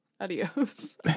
Adios